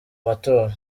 matora